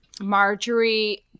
Marjorie